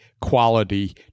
quality